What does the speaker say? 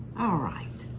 alright.